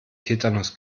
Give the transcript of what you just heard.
tetanus